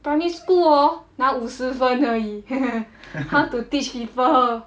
primary school orh 拿五十分而已 how to teach people